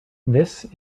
this